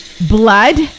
Blood